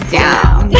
down